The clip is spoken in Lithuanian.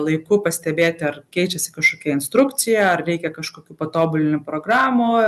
laiku pastebėti ar keičiasi kažkokia instrukcija ar reikia kažkokių patobulinimų programoj